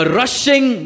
rushing